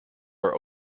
were